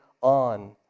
on